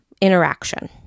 interaction